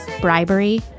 bribery